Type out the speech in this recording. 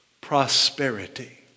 Prosperity